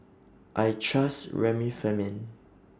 I Trust Remifemin